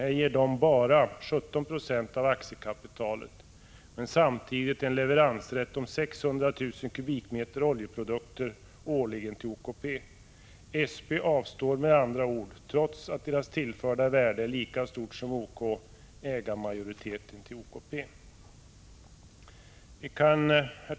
Detta ger företaget bara 17 970 av aktiekapitalet, men samtidigt en leveransrätt om 600 000 m? oljeprodukter årligen till OKP. SP avstår med andra ord, trots att deras tillförda värde är lika stort som OK:s, ägarmajoritet till OKP. Herr talman!